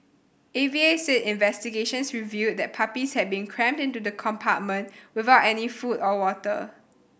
A V A said investigations revealed that the puppies had been crammed into the compartment without any food or water